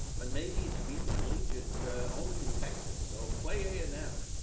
but maybe it should be intercollegiate only in texas. so play a and m,